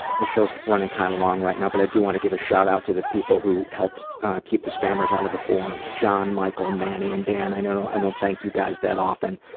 the show's running kind of long right now but i do want to give a shout-out to the people who keep the spammers out of the forum john, michael, manny and dan. i know i don't thank you guys that often,